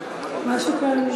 משהו כאן,